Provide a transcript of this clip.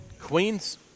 Queens